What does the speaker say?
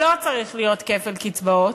לא צריך להיות כפל קצבאות.